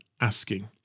asking